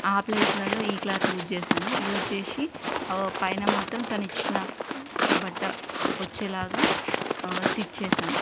ఆ ప్లేస్లలో ఈ క్లాత్ యూజ్ చేసాను యూజ్ చేసి పైన మాత్రం తను ఇచ్చిన బట్ట వచ్చే లాగా స్టిచ్ చేసాను